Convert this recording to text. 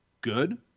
good